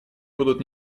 будут